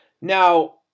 Now